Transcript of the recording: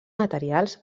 materials